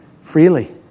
freely